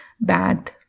bad